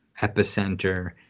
epicenter